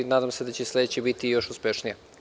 Nadam se da će sledeća biti još uspešnija.